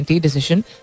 decision